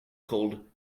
called